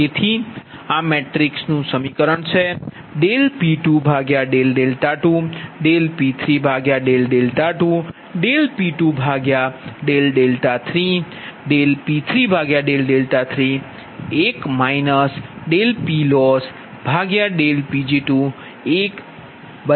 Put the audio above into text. તેથી આ મેટ્રિક્સ નુ P22 P32 P23 P33 1 PLossPg2 1 0 P13 આ સમીકરણ છે